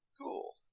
Cool